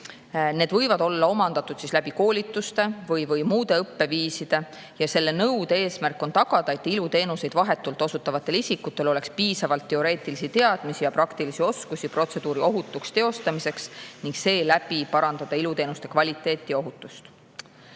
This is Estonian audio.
Need võivad olla omandatud koolitustel või muul moel. Selle nõude eesmärk on tagada, et iluteenuseid vahetult osutavatel isikutel oleks piisavalt teoreetilisi teadmisi ja praktilisi oskusi protseduuride ohutuks teostamiseks, ning seeläbi parandada iluteenuste kvaliteeti ja ohutust.